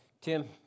Tim